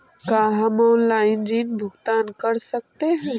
का हम आनलाइन ऋण भुगतान कर सकते हैं?